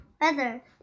weather